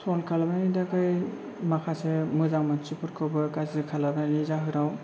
troll खालामनायनि थाखाय माखासे मोजां मानसिफोरखौबो गाज्रि खालामनायनि जाहोनाव